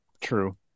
True